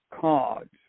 cards